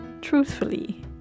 Truthfully